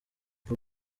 ngo